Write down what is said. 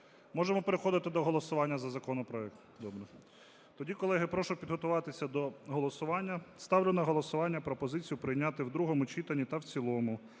Можемо переходити до голосування за законопроект? Добре. Тоді, колеги, прошу підготуватися до голосування. Ставлю на голосування пропозицію прийняти в другому читанні та в цілому